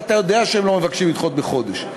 ואתה יודע שהם לא מבקשים לדחות בחודש.